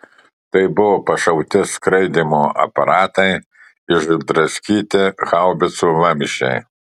tai buvo pašauti skraidymo aparatai išdraskyti haubicų vamzdžiai